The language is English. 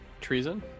Treason